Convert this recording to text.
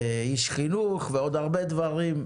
איש חינוך, ועוד הרבה דברים.